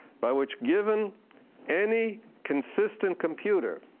by which, given any consistent computer,